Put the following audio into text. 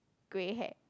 grey hair